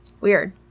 Weird